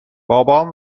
بابام